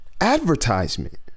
advertisement